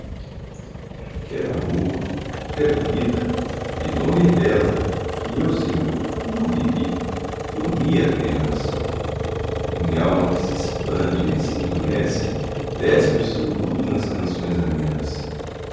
quero amor quero vida e longa e bela que eu senhor não vivi dormi apenas minhalma que sexpande e se entumece despe o seu luto nas canções amenas